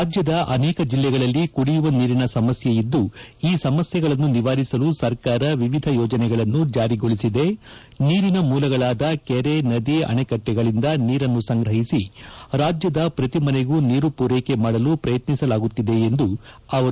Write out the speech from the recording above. ರಾಜ್ಯದ ಅನೇಕ ಜಿಲ್ಲೆಗಳಲ್ಲಿ ಕುಡಿಯುವ ನೀರಿನ ಸಮಸ್ಯೆ ಇದ್ದೂ ಈ ಸಮಸ್ಯೆಗಳನ್ನು ನಿವಾರಿಸಲು ಸರ್ಕಾರ ವಿವಿಧ ಯೋಜನೆಗಳನ್ನು ಜಾರಿಗೊಳಿಸಿದೆ ನೀರಿನ ಮೂಲಗಳಾದ ಕೆರೆ ನದಿ ಅಣೆಕಟ್ಟೆಗಳಿಂದ ನೀರನ್ನು ಸಂಗ್ರಹಿಸಿ ರಾಜ್ಯದ ಪ್ರತಿ ಮನೆ ಮನೆಗೂ ನೀರು ಪೂರೈಕೆ ಮಾಡಲು ಪ್ರಯತ್ನಿಸಲಾಗುತ್ತಿದೆ ಎಂದರು